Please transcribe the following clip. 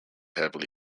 heavily